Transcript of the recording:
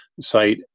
site